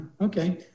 okay